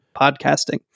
podcasting